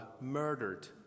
murdered